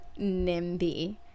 NIMBY